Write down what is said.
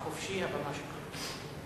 חופשי, הבמה שלך.